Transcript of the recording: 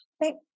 thank